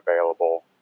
available